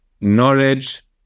knowledge